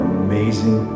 amazing